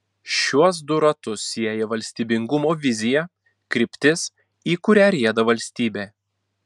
šiuos du ratus sieja valstybingumo vizija kryptis į kurią rieda valstybė